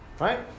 right